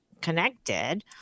connected